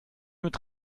mit